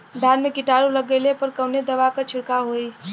धान में कीटाणु लग गईले पर कवने दवा क छिड़काव होई?